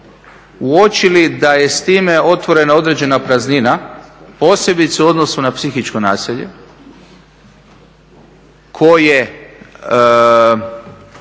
uočili da je s time otvorena određena praznina posebice u odnosu na psihičko nasilje koje